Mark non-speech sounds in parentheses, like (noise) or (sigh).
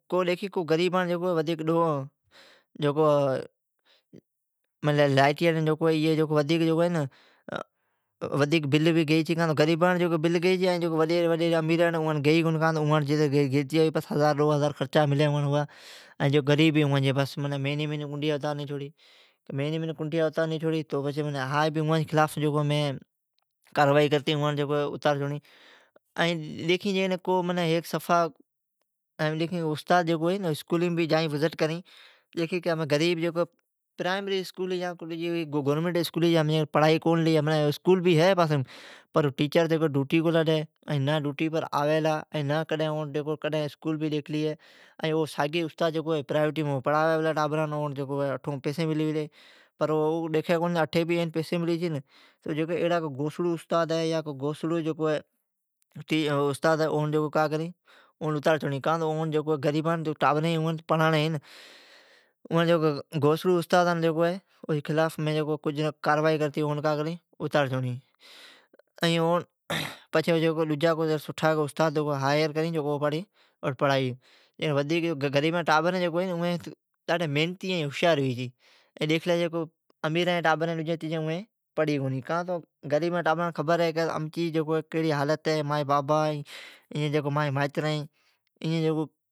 کو ڈھکھی غریبان جکو ودھک ڈوھ (hesitation) لائیٹیاڑی جکو اوی ھی۔ ائین ودھیک بل بھی گیئی چھی۔ غریبانٹھ بل گیئی چھی۔ ائین وڈیری ھی امیران اوانٹھ بل گیئی کونی چھی۔ ھزار ڈو ھزار اون خرچا ملی غریب ھی، اوان جیا مھنیم کنڈیا اتارنی چھوڑی۔ اوان جی خلاف مئن کاروائی کرتی۔ اتار چھوڑین اسکولیم بھی جائین وزٹ کرین۔ غریب جکو پرائیمری اسکولیم گورمئینٹ جی اسکولیم۔ کو تیچر ڈوٹی کونی لا ڈی ائین نا ڈوٹی پر آوی لا۔ ائین اوڑن کڈھن اسکول بھی۔ او ساگوڑان استاد پرائوٹیم پرھاوی پلا ائین پیسی پلی ملی پر او ڈیکھی پلا اون اٹھی بھی پیسی ملی پلین۔ ایڑا گوسڑو استاد ہے، اون اتار چھوڑین۔ غریبان جین ٹابرین اوان پڑھاڑین ھی۔ گوسڑو استاد ہے، اون مین کاروائی کرین۔ پچھی سٹھا استاد اون ھائیر کرئین، ائین او پڑھاوی۔ غریبا جین ٹابرین محنتی ائین ھوشیار ھوی چھی، امیران جین ٹابرین پڑھی کونی ھی۔ غریبا جی ٹابران خبر ہے ائی مانجی کڑی حالت مجا بابا ائی مائیترین ھی